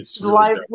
life